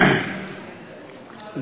שלוש דקות.